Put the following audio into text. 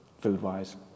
food-wise